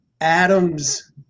Adam's